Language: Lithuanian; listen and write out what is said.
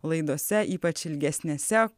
laidose ypač ilgesnėse